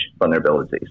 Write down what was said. vulnerabilities